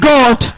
God